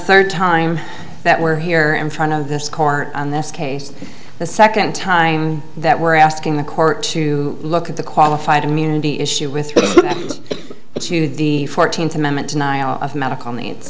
third time that we're here in front of this corner and this case the second time that we're asking the court to look at the qualified immunity issue with its youth the fourteenth amendment denial of medical needs